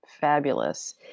fabulous